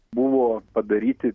buvo padaryti